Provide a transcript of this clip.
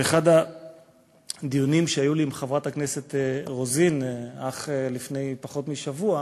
באחד הדיונים שהיו לי עם חברת הכנסת רוזין אך לפני פחות משבוע,